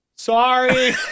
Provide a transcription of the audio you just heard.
Sorry